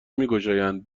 میگشایند